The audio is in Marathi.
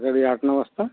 सकाडी आठ नऊ वाजता